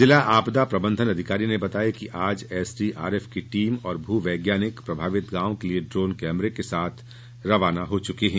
जिला आपदा प्रबन्धन अधिकारी ने बताया कि कि आज एसडीआरएफ की टीम और भू वैज्ञानिक प्रभावित गांव के लिए ड्रोन कैमरे के साथ रवाना हो चुके है